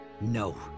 No